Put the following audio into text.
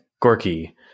Gorky